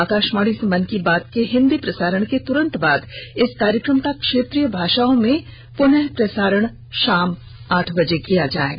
आकाशवाणी से मन की बात के हिंदी प्रसारण के तुरन्त बाद इस कार्यक्रम का क्षेत्रीय भाषाओं में प्रनः प्रसारण शाम को आठ बजे किया जाएगा